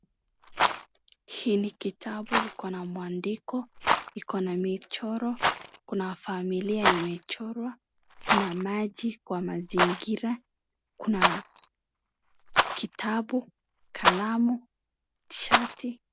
Hii ni kitabu iko na mwandiko iko na michoro kuna familia imechorwa kuna maji kwa mazingira kuna kitabu, kalamu, shati.